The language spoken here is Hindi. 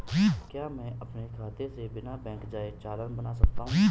क्या मैं अपने खाते से बिना बैंक जाए चालान बना सकता हूँ?